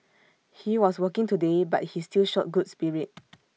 he was working today but he still showed good spirit